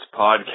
podcast